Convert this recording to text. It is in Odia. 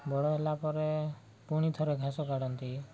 ବଡ଼ ହେଲା ପରେ ପୁଣି ଥରେ ଘାସ କାଢ଼ନ୍ତି